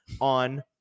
on